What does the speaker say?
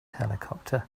helicopter